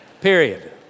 Period